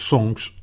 Songs